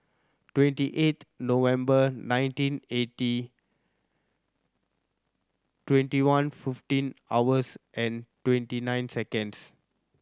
twenty eight November nineteen eighty twenty one fifteen hours and twenty nine seconds